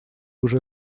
уже